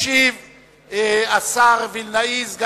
אני